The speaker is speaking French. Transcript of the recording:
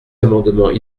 amendements